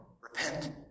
Repent